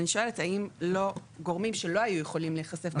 אני שואלת האם גורמים שלא יכלו להיחשף,